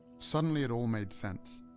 suddenly, it all made sense.